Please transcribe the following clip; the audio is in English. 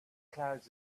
clouds